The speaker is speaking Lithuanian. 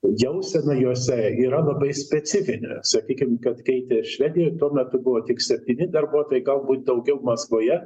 jausena jose yra labai specifinė sakykim kad keitė švedijoj tuo metu buvo tik septyni darbuotojai galbūt daugiau maskvoje